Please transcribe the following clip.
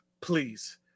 please